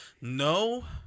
No